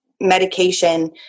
medication